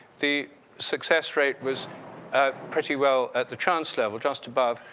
the success rate was at pretty well at the chance level, just above.